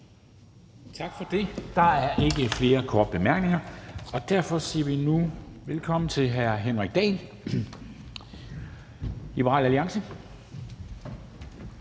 Tak for det. Der er ikke flere korte bemærkninger. Derfor siger vi nu velkommen til hr. Henrik Dahl, Liberal Alliance.